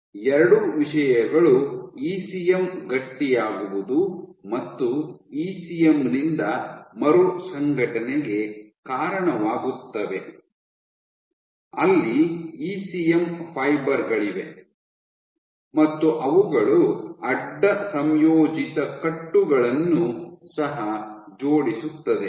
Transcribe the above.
ಈ ಎರಡೂ ವಿಷಯಗಳು ಇಸಿಎಂ ಗಟ್ಟಿಯಾಗುವುದು ಮತ್ತು ಇಸಿಎಂ ನಿಂದ ಮರುಸಂಘಟನೆಗೆ ಕಾರಣವಾಗುತ್ತವೆ ಅಲ್ಲಿ ಇಸಿಎಂ ಫೈಬರ್ ಗಳಿವೆ ಮತ್ತು ಅವುಗಳು ಅಡ್ಡ ಸಂಯೋಜಿತ ಕಟ್ಟುಗಳನ್ನು ಸಹ ಜೋಡಿಸುತ್ತದೆ